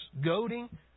goading